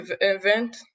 event